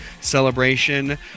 celebration